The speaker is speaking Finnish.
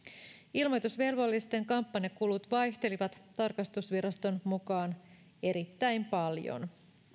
ilmoitusvelvollisten kampanjakulut vaihtelivat tarkastusviraston mukaan erittäin paljon